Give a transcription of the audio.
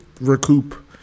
recoup